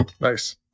Nice